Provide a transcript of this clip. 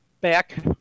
back